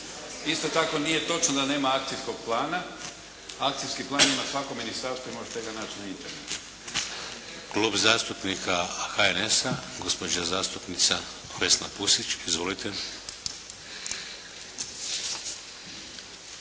Isto tako nije točno da nema akcijskog plana. Akcijski plan ima svako ministarstvo i možete ga naći na Internetu. **Šeks, Vladimir (HDZ)** Klub zastupnika HNS-a, gospođa zastupnica Vesna Pusić. Izvolite.